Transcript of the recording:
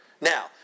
Now